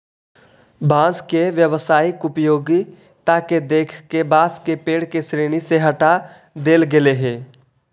बाँस के व्यावसायिक उपयोगिता के देख के बाँस के पेड़ के श्रेणी से हँटा देले गेल हइ